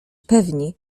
pewni